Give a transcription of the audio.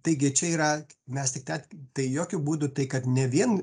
taigi čia yra mes tik te tai jokiu būdu tai kad ne vien